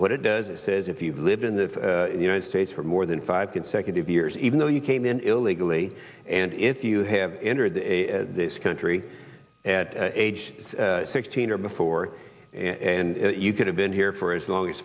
what it does it says if you live in the united states for more than five consecutive years even though you came in illegally and if you have entered this country at age sixteen or before and you could have been here for as long as